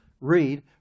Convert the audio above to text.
read